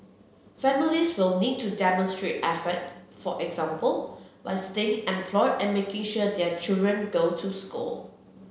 families will need to demonstrate effort for example by staying employed and making sure their children go to school